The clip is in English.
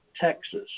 Texas